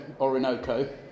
Orinoco